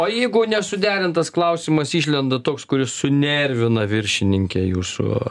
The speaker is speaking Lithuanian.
o jeigu nesuderintas klausimas išlenda toks kuris sunervina viršininkę jūsų